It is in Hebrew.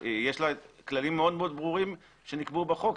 אז יש לה כללים מאוד מאוד ברורים שנקבעו בחוק,